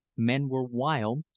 men were wild,